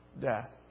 death